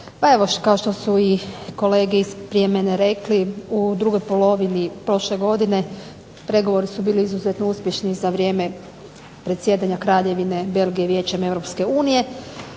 kao što su i kolege prije mene rekli, u drugoj polovini prošle godine pregovori su bili izuzetno uspješni za vrijeme predsjedavanja Kraljevine Belgije Vijećem Europske unije,